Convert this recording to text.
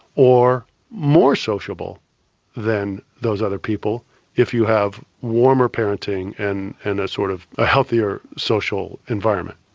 or more sociable than those other people if you have warmer parenting and and a sort of healthier social environment.